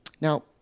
Now